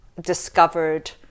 discovered